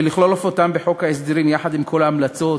ולכלול אף אותם בחוק ההסדרים, יחד עם כל ההמלצות,